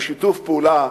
בשיתוף פעולה,